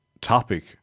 topic